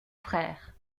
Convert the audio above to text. frère